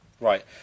Right